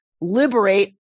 liberate